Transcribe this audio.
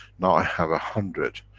now i have a hundred.